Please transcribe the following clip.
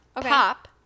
pop